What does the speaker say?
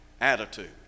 attitude